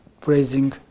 praising